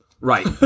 Right